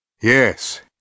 Yes